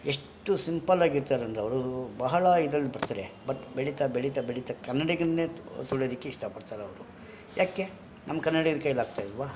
ಎಷ್ಟು ಸಿಂಪಲ್ ಆಗಿರ್ತಾರಂದ್ರೆ ಅವರು ಬಹಳ ಇದ್ರಲ್ಲಿ ಬರ್ತಾರೆ ಬಟ್ ಬೆಳೀತಾ ಬೆಳೀತಾ ಬೆಳೀತಾ ಕನ್ನಡಿಗರನ್ನೇ ತುಳಿಯೋದಿಕ್ಕೆ ಇಷ್ಟಪಡ್ತಾರೆ ಅವರು ಯಾಕೆ ನಮ್ಮ ಕನ್ನಡಿಗ್ರ ಕೈಲಿ ಆಗ್ತಾ ಇಲ್ವಾ